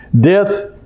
Death